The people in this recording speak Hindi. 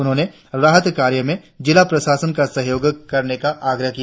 उन्होने राहत कार्य में जिला प्रशासन का सहयोग करने का आग्रह किया